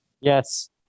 yes